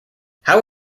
how